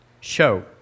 show